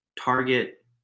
target